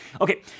Okay